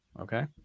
Okay